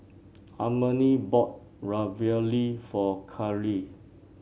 Harmony bought Ravioli for Caryl